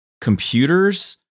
computers